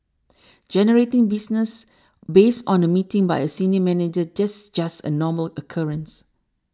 generating business based on a meeting by a senior manager just just a normal occurrence